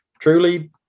Truly